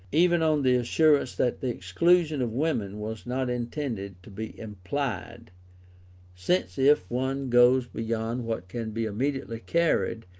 even on the assurance that the exclusion of women was not intended to be implied since if one goes beyond what can be immediately carried,